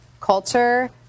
culture